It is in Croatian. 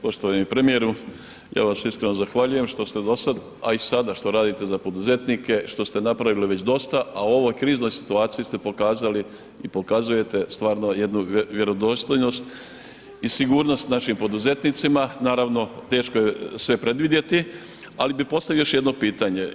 Poštovani premijeru, ja vam se iskreno zahvaljujem što ste do sad a i sada što radite za poduzetnike, što ste napravili već dosta a u ovoj kriznoj situaciji ste pokazali i pokazujete stvarno jednu vjerodostojnost i sigurnost našim poduzetnicima, naravno teško je sve predvidjeti, ali bi postavio još jedno pitanje.